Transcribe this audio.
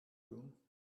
room